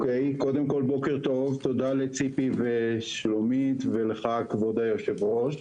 טוב, תודה לציפי ושלומית ולך כבוד היו"ר,